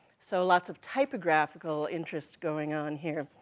so lots of typographical interest going on here,